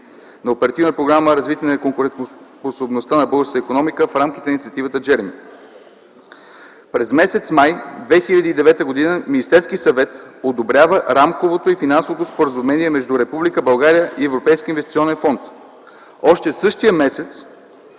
на Оперативна програма „Развитие на конкурентоспособността на българската икономика в рамките на инициативата „Джеръми”. През м. май 2009 г. Министерският съвет одобрява рамковото и финансовото споразумение между Република България и Европейския инвестиционен фонд. Още същия месец